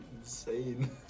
insane